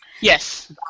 Yes